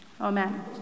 Amen